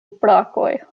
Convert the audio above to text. brakoj